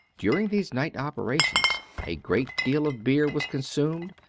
during these night operations a great deal of beer was consumed,